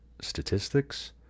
statistics